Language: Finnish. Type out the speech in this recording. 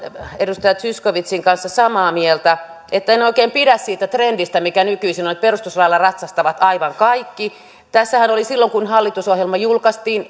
edustaja zyskowiczin kanssa samaa mieltä että en oikein pidä siitä trendistä mikä nykyisin on että perustuslailla ratsastavat aivan kaikki tässähän silloin kun hallitusohjelma julkaistiin